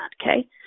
Okay